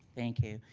thank you.